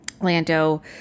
lando